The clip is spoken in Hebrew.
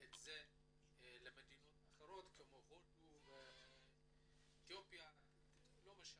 את זה למדינות אחרות כמו הודו, אתיופיה, לא משנה.